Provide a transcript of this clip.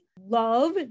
love